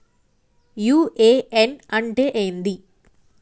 UAN అంటే ఏంది?